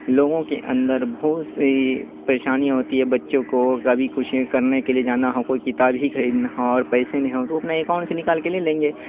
لوگوں کے اندر بہت پریشانیاں ہوتی ہے بچوں کو کبھی کچھ کرنے کے لیے جانا ہو کوئی کتاب ہی خریدنا ہو اور پیسے نہیں ہو تو اپنے اکاؤنٹ سے نکال کے لے لیں گے